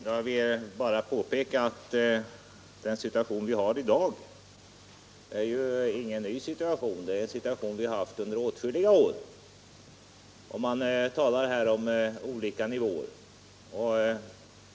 Herr talman! Jag vill bara påpeka att den situation som råder i dag inte är ny utan densamma som vi haft under åtskilliga år och att man talar om olika nivåer.